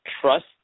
trust